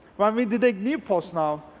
when we did a new post now,